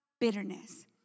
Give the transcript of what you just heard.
bitterness